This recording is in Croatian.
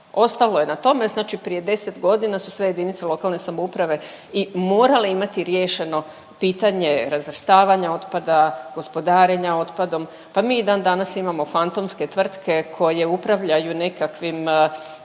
Ostalo je na tome. Znači prije 10 godina su sve jedinice lokalne samouprave i morale imati riješeno pitanje razvrstavanja otpada, gospodarenja otpadom. Pa mi i dan danas imamo fantomske tvrtke koje upravljaju nekakvim